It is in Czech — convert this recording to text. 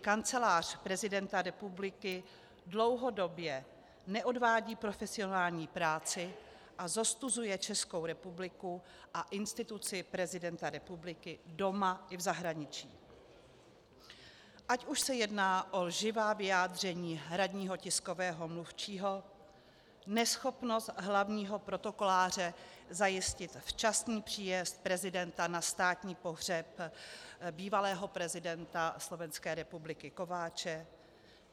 Kancelář prezidenta republiky dlouhodobě neodvádí profesionální práci a zostuzuje Českou republiku a instituci prezidenta republiky doma i v zahraničí, ať už se jedná o lživá vyjádření hradního tiskového mluvčího, neschopnost hlavního protokoláře zajistit včasný příjezd prezidenta na státní pohřeb bývalého prezidenta Slovenské republiky Kováče